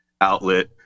outlet